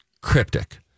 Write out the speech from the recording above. cryptic